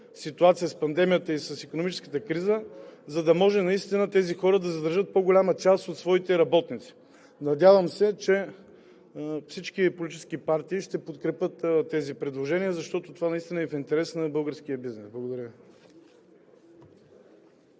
ситуация с пандемията и с икономическата криза и тези хора да могат да задържат по-голяма част от своите работници. Надявам се, че всички политически партии ще подкрепят тези предложения, защото това наистина е в интерес на българския бизнес. Благодаря.